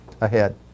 ahead